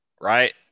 right